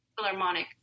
Philharmonic